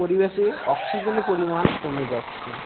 পরিবেশে অক্সিজেনের পরিমাণ কমে যাচ্ছে